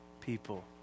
people